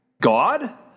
God